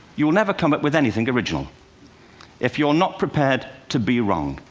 you'll never come up with anything original if you're not prepared to be wrong.